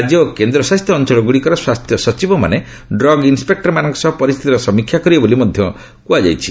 ରାଜ୍ୟ ଓ କେନ୍ଦ୍ରଶାସିତ ଅଞ୍ଚଳ ଗୁଡ଼ିକର ସ୍ୱାସ୍ଥ୍ୟ ସଚିବ ମାନେ ଡ୍ରଗ୍ ଇନ୍ସପେକ୍ଟରମାନଙ୍କ ସହ ପରିସ୍ଥିତିର ସମୀକ୍ଷା କରିବେ ବୋଲି ମଧ୍ୟ କୁହାଯାଇଛି